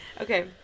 Okay